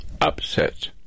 upset